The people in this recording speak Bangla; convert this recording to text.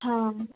হ্যাঁ